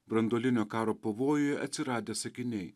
branduolinio karo pavojuje atsiradę sakiniai